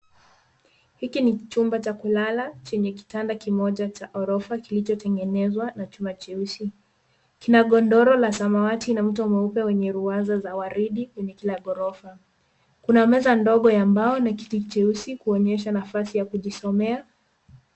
Hiki ni chumba cha kulala chenye kitanda kimoja cha horofa kilichotengenezwa na chuma cheusi. Kina godoro la samawati na mto mweupe wenye ruwaza za waridi kwenye kila ghorofa. Kuna meza ndogo ya mbao na kiti cheusi kuonyesha nafasi ya kujisomea.